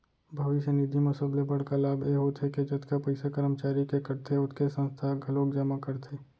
भविस्य निधि म सबले बड़का लाभ ए होथे के जतका पइसा करमचारी के कटथे ओतके संस्था ह घलोक जमा करथे